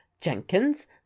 jenkins